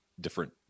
different